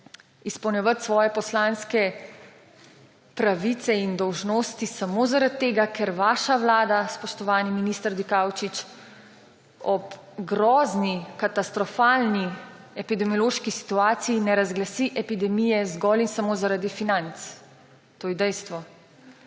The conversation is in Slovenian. izpolnjevati svoje poslanske pravice in dolžnosti samo zaradi tega, ker vaša vlada, spoštovani minister Dikaučič, ob grozni, katastrofalni epidemiološki situaciji ne razglasi epidemije zgolj in samo zaradi financ. To je dejstvo.